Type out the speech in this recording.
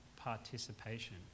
participation